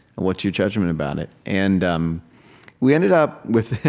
and what's your judgment about it? and um we ended up with,